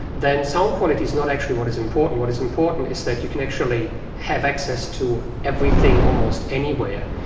then sound quality is not actually what is important. what is important is that you can actually have access to everything almost anywhere.